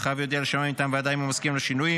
והחייב יודיע לשמאי מטעם הוועדה אם הוא מסכים לשינויים.